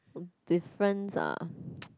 difference ah